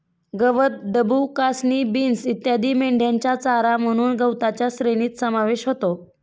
गवत, डूब, कासनी, बीन्स इत्यादी मेंढ्यांचा चारा म्हणून गवताच्या श्रेणीत समावेश होतो